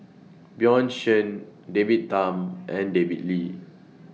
Bjorn Shen David Tham and David Lee